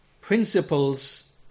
principles